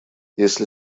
если